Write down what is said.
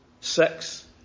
Sex